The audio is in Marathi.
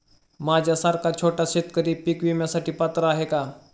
माझ्यासारखा छोटा शेतकरी पीक विम्यासाठी पात्र आहे का?